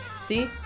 See